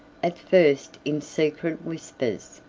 at first in secret whispers,